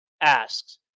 asks